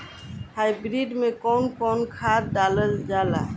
Hybrid में कउन कउन खाद डालल जाला?